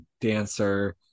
dancer